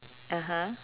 (uh huh)